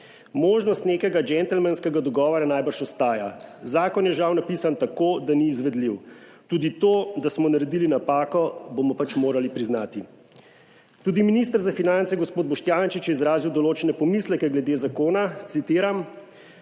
"Možnost nekega gentlemanskega dogovora najbrž ostaja, zakon je žal napisan tako, da ni izvedljiv. Tudi to, da smo naredili napako bomo morali priznati." Tudi minister za finance gospod Boštjančič je izrazil določene pomisleke glede zakona, citiram: